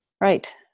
Right